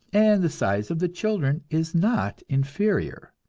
and the size of the children is not inferior.